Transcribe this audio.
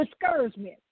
discouragement